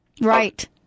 Right